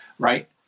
Right